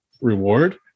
reward